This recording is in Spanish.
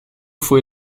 fue